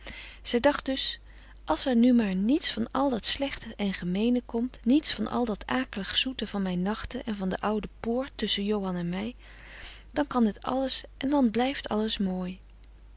zij dacht dus als er nu maar niets van al dat frederik van eeden van de koele meren des doods slechte en gemeene komt niets van al dat akelig zoete van mijn nachten en van de oude poort tusschen johan en mij dan kan het alles en dan blijft alles mooi